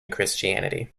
christianity